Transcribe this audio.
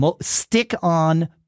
stick-on